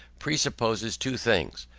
presupposes two things.